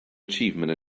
achievement